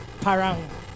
Parang